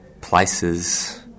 places